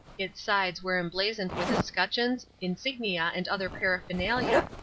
its sides were emblazoned with escutcheons, insignia and other paraphernalia.